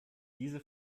diese